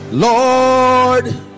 Lord